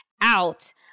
out